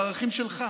היא בערכים שלך.